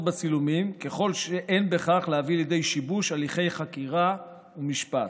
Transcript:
בצילומים ככל שאין בכך להביא לידי שיבוש הליכי חקירה ומשפט.